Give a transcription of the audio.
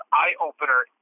eye-opener